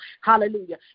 Hallelujah